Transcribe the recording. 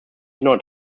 not